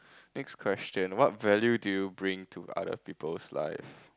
next question what value do you bring to other people's life